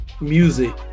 music